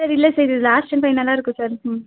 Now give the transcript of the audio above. sir இல்லை sir இது last and பைனலாக இருக்கும் சார் ம்